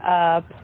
up